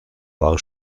war